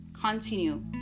continue